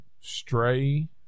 Stray